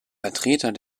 vertreter